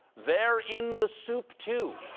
they're in the soup, too.